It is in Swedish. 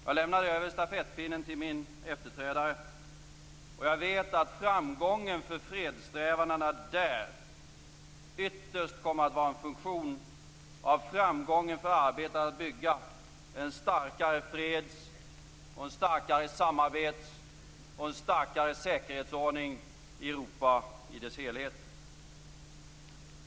Jag lämnade stafettpinnen till min efterträdare, och jag vet att framgången för fredssträvandena där ytterst kommer att vara en funktion av framgången för arbetet att bygga en starkare freds-, en starkare samarbets och en starkare säkerhetsordning i Europa i dess helhet.